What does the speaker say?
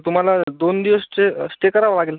तुम्हाला दोन दिवस स्टे स्टे करावा लागेल